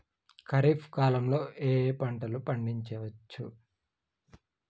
ఖరీఫ్ కాలంలో ఏ ఏ పంటలు పండించచ్చు?